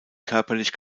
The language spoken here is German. körperlich